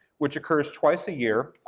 which occurs twice a year,